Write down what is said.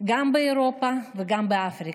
גם באירופה וגם באפריקה,